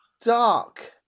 dark